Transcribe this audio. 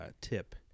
tip